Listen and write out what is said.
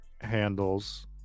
handles